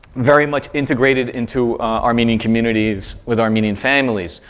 very much integrated into armenian communities with armenian families.